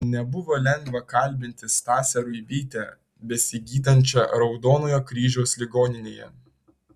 nebuvo lengva kalbinti stasę ruibytę besigydančią raudonojo kryžiaus ligoninėje